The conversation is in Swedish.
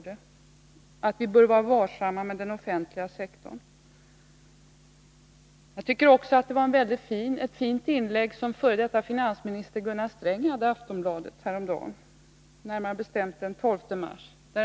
Det var också ett fint inlägg som förre finansministern Gunnar Sträng hade i Aftonbladet den 12 mars.